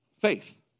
faith